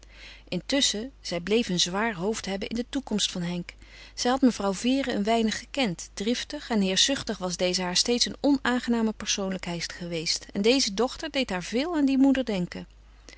intusschen zij bleef een zwaar hoofd hebben in de toekomst van henk zij had mevrouw vere een weinig gekend driftig en heerschzuchtig was deze haar steeds een onaangename persoonlijkheid geweest en deze dochter deed haar veel aan die moeder denken